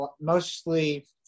mostly